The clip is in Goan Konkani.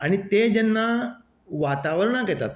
आनी तें जेन्ना वातावरणाक येतात